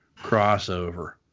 crossover